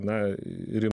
na ir